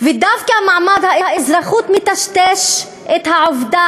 ודווקא מעמד האזרחות מטשטש את העובדה